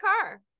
car